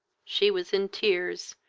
she was in tears,